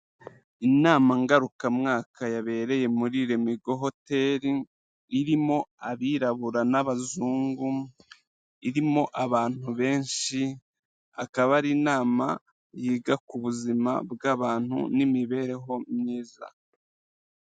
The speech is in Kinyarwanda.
Inama ngarukamwaka yabereye muri Lemigo hotel, irimo abirabura n'abazungu, irimo abantu benshi, akaba ari inama yiga ku buzima bw'abantu n'imibereho myiza.